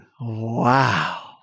Wow